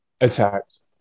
attacked